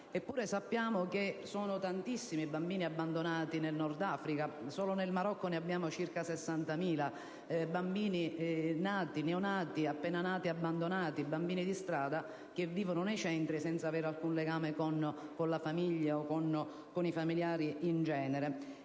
Eppure sappiamo che sono tantissimi i bambini abbandonati nel Nord Africa: solo nel Marocco ne abbiamo circa 60.000. Si tratta di bambini neonati abbandonati e bambini di strada, che vivono nei centri senza aver alcun legame con la famiglia o con i familiari in genere.